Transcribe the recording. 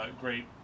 great